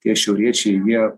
tie šiauriečiai jie